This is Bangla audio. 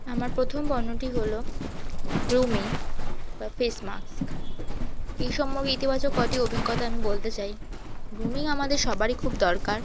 আমার প্রথম পণ্যটি হলো গ্রুমিং বা ফেস মাস্ক এই সম্পর্কে ইতিবাচক কটি অভিজ্ঞতা আমি বলতে চাই গ্রুমিং আমাদের সবারই খুব দরকার